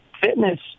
fitness